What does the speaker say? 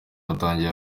watangiye